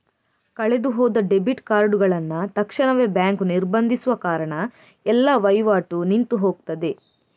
ಕಳೆದು ಹೋದ ಡೆಬಿಟ್ ಕಾರ್ಡುಗಳನ್ನ ತಕ್ಷಣವೇ ಬ್ಯಾಂಕು ನಿರ್ಬಂಧಿಸುವ ಕಾರಣ ಎಲ್ಲ ವೈವಾಟು ನಿಂತು ಹೋಗ್ತದೆ